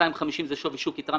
כלומר, יחס